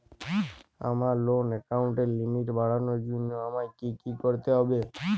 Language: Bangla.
আমার লোন অ্যাকাউন্টের লিমিট বাড়ানোর জন্য আমায় কী কী করতে হবে?